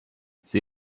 sie